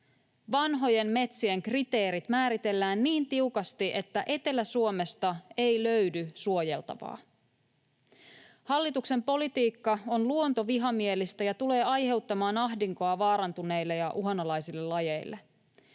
vanhojen metsien kriteerit määritellään niin tiukasti, että Etelä-Suomesta ei löydy suojeltavaa. Hallituksen politiikka on luontovihamielistä ja tulee aiheuttamaan ahdinkoa vaarantuneille ja uhanalaisille lajeille.